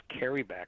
carryback